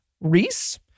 Reese